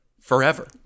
forever